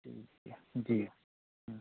ठीक है जी हाँ